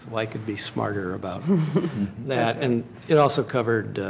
like could be smarter about that. and it also covered